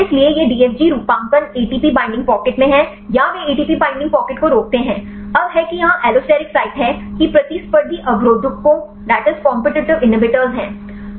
इसलिए यह DFG रूपांकन एटीपी बिंडिंग पॉकेट में है या वे एटीपी बिंडिंग पॉकेट को रोकते हैं अब है कि यहाँ allosteric साइट है कि प्रतिस्पर्धी अवरोधकों है